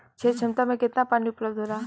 क्षेत्र क्षमता में केतना पानी उपलब्ध होला?